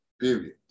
Period